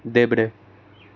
देब्रे